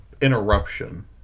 Interruption